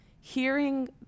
hearing